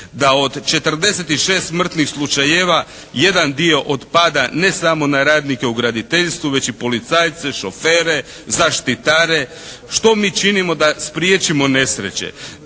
da od 46 mrtvih slučajeva jedan dio otpada ne samo na radnike u graditeljstvu već i na policajce, šofere, zaštitare. Što mi činimo da spriječimo nesreće?